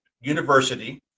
university